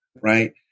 right